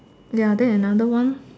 ya then another one